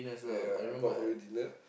ya I bought for you dinner